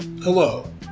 Hello